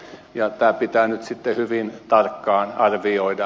tämä pitää nyt sitten hyvin tarkkaan arvioida